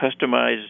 customize